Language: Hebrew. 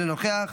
אינו נוכח,